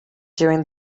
during